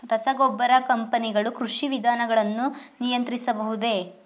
ರಸಗೊಬ್ಬರ ಕಂಪನಿಗಳು ಕೃಷಿ ವಿಧಾನಗಳನ್ನು ನಿಯಂತ್ರಿಸಬಹುದೇ?